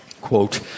quote